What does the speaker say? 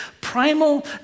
primal